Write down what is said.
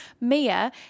Mia